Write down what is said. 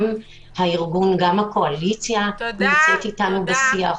גם הקואליציה נמצאת אתנו בשיח,